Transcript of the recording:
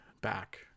back